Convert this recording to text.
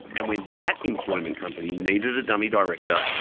and when that employment company needed a dummy director,